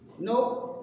Nope